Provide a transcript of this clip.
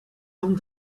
ans